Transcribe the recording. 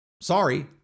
sorry